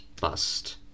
bust